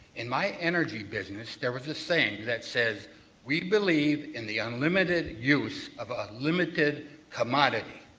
in my energy business there was a saying that says we believe in the unlimited use of a limited commodity.